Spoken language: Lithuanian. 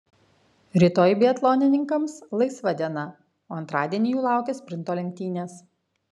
rytoj biatlonininkams laisva diena o antradienį jų laukia sprinto lenktynės